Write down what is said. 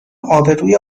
آبروی